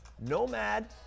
Nomad